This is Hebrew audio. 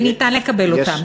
וניתן לקבל אותן.